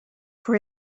for